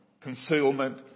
concealment